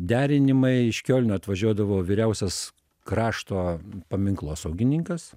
derinimai iš kiolno atvažiuodavo vyriausias krašto paminklosaugininkas